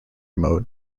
mode